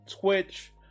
twitch